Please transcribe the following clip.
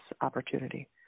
opportunity